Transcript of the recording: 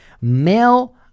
male